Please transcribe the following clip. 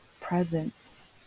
presence